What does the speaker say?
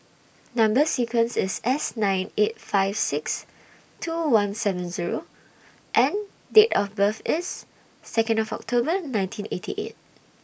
Number sequence IS S nine eight five six two one seven Zero and Date of birth IS Second of October nineteen eighty eight